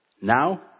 Now